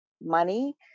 money